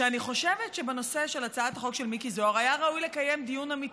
אני חושבת שבנושא של הצעת החוק של מיקי זוהר היה ראוי לקיים דיון אמיתי.